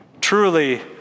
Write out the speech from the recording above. truly